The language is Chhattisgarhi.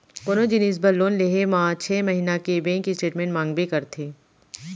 कोनो जिनिस बर लोन लेहे म छै महिना के बेंक स्टेटमेंट मांगबे करथे